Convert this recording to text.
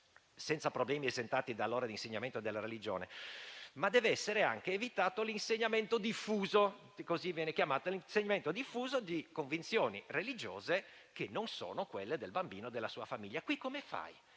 senza problemi essere esentati dalle ore di insegnamento della religione, ma che deve essere anche evitato l'insegnamento diffuso - così viene chiamato - di convinzioni religiose che non sono quelle del bambino o della sua famiglia. Qui come fai?